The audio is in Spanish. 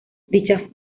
dicha